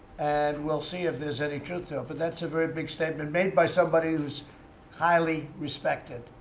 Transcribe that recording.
and we'll see if there's any truth to it. but that's a very big statement, made by somebody who's highly respected.